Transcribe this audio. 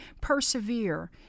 persevere